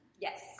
Yes